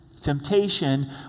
Temptation